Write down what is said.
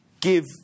give